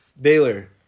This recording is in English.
Baylor